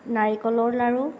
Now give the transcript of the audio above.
নাৰিকলৰ লাড়ু